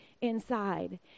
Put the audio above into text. inside